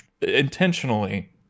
intentionally